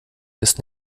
ist